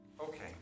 Okay